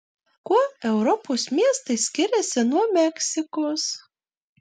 kuo europos miestai skiriasi nuo meksikos